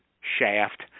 shaft